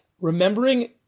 remembering